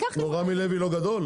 רמי לוי לא קמעונאי גדול?